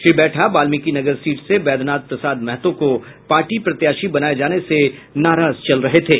Shri Baitha Valmikinagar seat से वैधनाथ प्रसाद महतो को party प्रत्याशी बनाये जाने से नाराज चल रहे थे